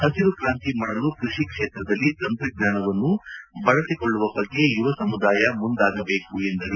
ಪಸಿರುಕ್ರಾಂತಿ ಮಾಡಲು ಕೃಷಿ ಕ್ಷೇತ್ರದಲ್ಲಿ ತಂತ್ರಜ್ಞಾನವನ್ನು ಬಳಸಿಕೊಳ್ಳುವ ಬಗ್ಗೆ ಯುವ ಸಮುದಾಯ ಮುಂದಾಗಬೇಕು ಎಂದರು